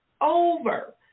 Over